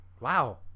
wow